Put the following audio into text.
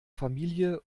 familie